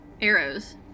arrows